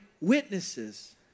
witnesses